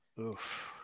Oof